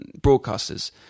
broadcasters